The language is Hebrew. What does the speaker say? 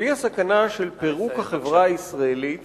והיא הסכנה של פירוק החברה הישראלית